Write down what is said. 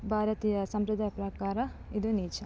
ಭಾರತೀಯ ಸಂಪ್ರದಾಯ ಪ್ರಕಾರ ಇದು ನಿಜ